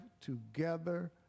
together